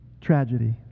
tragedy